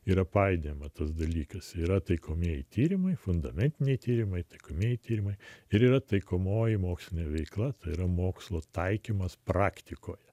yra painiojama tas dalykas yra taikomieji tyrimai fundamentiniai tyrimai tėkmė tyrimai ir yra taikomoji mokslinė veikla tai yra mokslo taikymas praktikoje